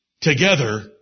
Together